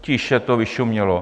Tiše to vyšumělo.